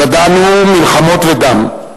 ידענו מלחמות ודם,